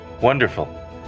Wonderful